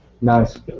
Nice